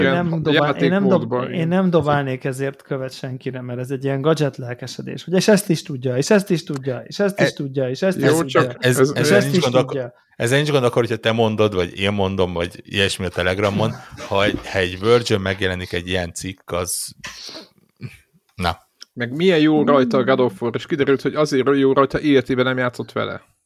Igen, Nem a dobál- én nem dob- játékmódban, igen. én nem dobálnék ezért követ senkire, mert ez egy ilyen gadget lelkesedés. Ugye, és ezt is tudja, és ezt is tudja, és ezt is E- tudja, és ezt is Jó, tudja, csak ez- és ez- ezt is tudja. Ez- ez- ez- ez nincs gond akkor, hogyha te mondod, vagy én mondom, vagy ilyesmi a Telegramon, ha egy- ha egy Virgin megjelenik egy ilyen cikk, az- Na. Meg milyen jó Hmm. rajta a God of War, és kiderült, hogy azért jó rajta, életében nem játszott vele.